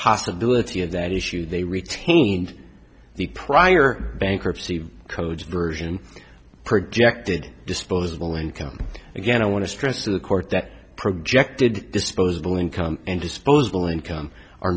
possibility of that issue they retained the prior bankruptcy code version projected disposable income again i want to stress to the court that projected disposable income and disposable income